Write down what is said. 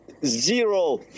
zero